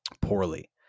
poorly